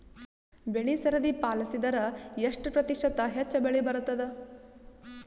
ಬೆಳಿ ಸರದಿ ಪಾಲಸಿದರ ಎಷ್ಟ ಪ್ರತಿಶತ ಹೆಚ್ಚ ಬೆಳಿ ಬರತದ?